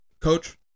Coach